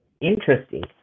Interesting